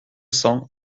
cents